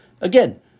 Again